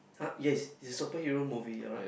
!huh! yes it's a super hero movie you're right